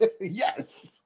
Yes